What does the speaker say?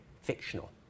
fictional